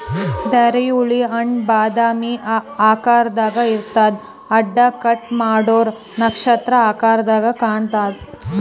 ಧಾರೆಹುಳಿ ಹಣ್ಣ್ ಬಾದಾಮಿ ಆಕಾರ್ದಾಗ್ ಇರ್ತದ್ ಅಡ್ಡ ಕಟ್ ಮಾಡೂರ್ ನಕ್ಷತ್ರ ಆಕರದಾಗ್ ಕಾಣತದ್